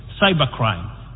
cybercrime